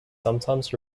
sometimes